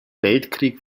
weltkrieg